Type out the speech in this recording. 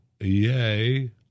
Yay